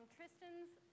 Tristan's